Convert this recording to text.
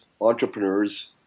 entrepreneurs